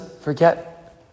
forget